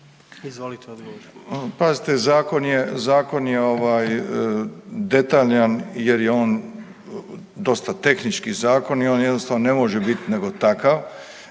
Izvolite odgovor.